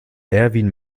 erwin